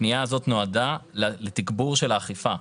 הפנייה הזו נועדה לתגבור של האכיפה.